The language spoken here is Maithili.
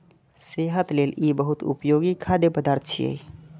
सेहत लेल ई बहुत उपयोगी खाद्य पदार्थ छियै